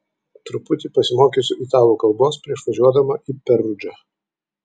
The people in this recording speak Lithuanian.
truputį pasimokysiu italų kalbos prieš važiuodama į perudžą